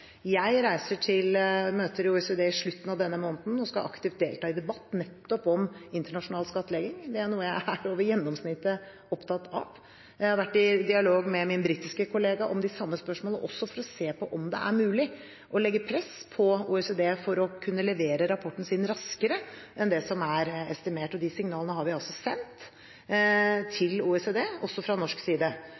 Jeg reiser til møter i OECD i slutten av denne måneden og skal aktivt delta i debatt om nettopp internasjonal skattlegging. Det er noe jeg er over gjennomsnittet opptatt av. Jeg har vært i dialog med min britiske kollega om de samme spørsmålene, også for å se på om det er mulig å legge press på OECD for at de skal kunne levere rapporten sin raskere enn det som er estimert. De signalene har vi sendt til OECD også fra norsk side.